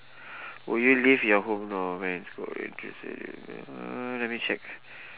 will you live your home no uh let me check